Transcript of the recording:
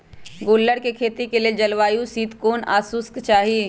गुल्लर कें खेती लेल जलवायु शीतोष्ण आ शुष्क चाहि